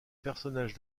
personnages